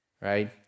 right